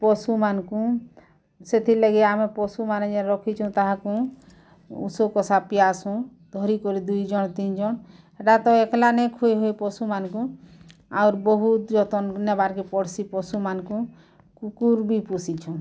ପଶୁମାନଙ୍କୁ ସେଥିର୍ ଲାଗି ଆମେ ପଶୁମାନେ ରଖିଚୁ ତାହାକୁ ଓଷ କଷା ପିଆସୁଁ ଧରିକରି ଦୁଇଜଣ୍ ତିନିଜଣ୍ ହେଟା ତ ଏ ଏକ୍ଲା ନାଇ ଖୁଏ ହୁଏତ ପଶୁମାନଙ୍କୁ ଆର୍ ବହୁତ୍ ଯତନ୍ ନବାକେ ପଡ଼୍ସିଁ ପଶୁମାନଙ୍କୁ କୁକୁର୍ ବି ପୋଶିଚୁଁ